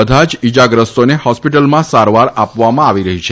બધા જ ઇજાગ્રસ્તોને હોસ્પિટલમાં સારવાર આપવામાં આવી રહી હો